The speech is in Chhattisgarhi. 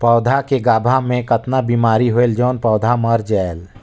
पौधा के गाभा मै कतना बिमारी होयल जोन पौधा मर जायेल?